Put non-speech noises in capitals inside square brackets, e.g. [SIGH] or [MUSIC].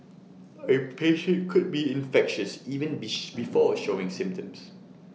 A patient could be infectious even [UNINTELLIGIBLE] before showing symptoms